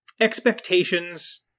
expectations